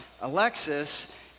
Alexis